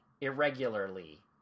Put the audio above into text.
irregularly